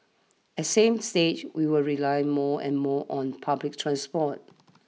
at same stage we will rely more and more on public transport